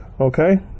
Okay